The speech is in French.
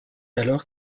alors